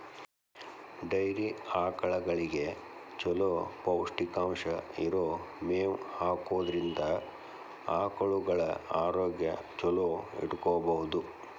dairy ಆಕಳಗಳಿಗೆ ಚೊಲೋ ಪೌಷ್ಟಿಕಾಂಶ ಇರೋ ಮೇವ್ ಹಾಕೋದ್ರಿಂದ ಆಕಳುಗಳ ಆರೋಗ್ಯ ಚೊಲೋ ಇಟ್ಕೋಬಹುದು